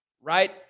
Right